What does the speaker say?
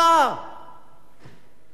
אתם מבינים את המשמעות